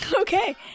Okay